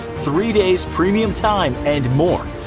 three days premium time and more!